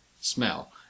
Smell